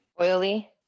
Oily